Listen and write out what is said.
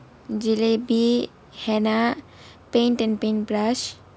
jalebi henna paint and paint brush